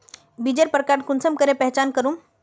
बीजेर प्रकार कुंसम करे पहचान करूम?